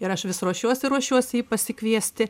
ir aš vis ruošiuosi ruošiuosi jį pasikviesti